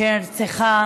נרצחה